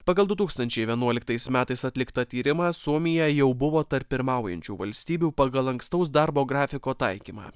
pagal du tūkstančiai vienuoliktais metais atliktą tyrimą suomija jau buvo tarp pirmaujančių valstybių pagal lankstaus darbo grafiko taikymą